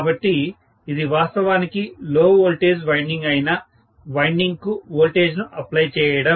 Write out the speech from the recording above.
కాబట్టి ఇది వాస్తవానికి లో వోల్టేజ్ వైండింగ్ అయిన వైండింగ్కు వోల్టేజ్ను అప్లై చేయడం